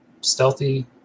stealthy